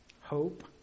hope